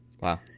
Wow